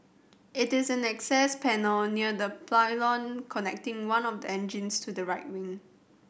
it is an access panel near the pylon connecting one of the engines to the right wing